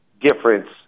difference